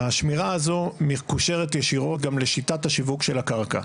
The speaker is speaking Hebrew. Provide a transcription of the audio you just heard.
השמירה הזאת מקושרת ישירות גם לשיטת השיווק של הקרקע.